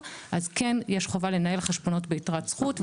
אז כן יש חובה לנהל חשבונות ביתרת זכות,